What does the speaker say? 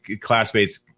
classmates